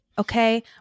Okay